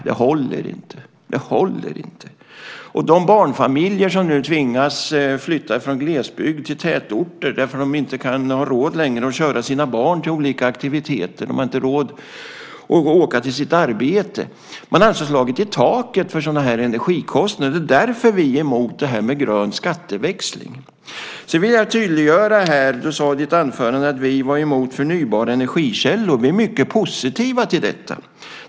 Nej, det håller inte. Barnfamiljer tvingas nu flytta från glesbygd till tätorter därför att de inte längre har råd att köra sina barn till olika aktiviteter och inte har råd att åka till sitt arbete. Man har alltså slagit i taket för sådana här energikostnader. Det är därför vi är emot det här med grön skatteväxling. Jag vill tydliggöra en sak. Du sade i ditt anförande att vi är emot förnybara energikällor. Vi är mycket positiva till detta.